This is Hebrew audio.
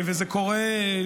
זה קורה,